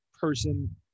person